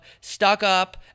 stuck-up